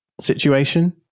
situation